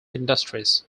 industries